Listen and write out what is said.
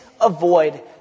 avoid